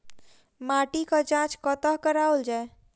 माटिक जाँच कतह कराओल जाए?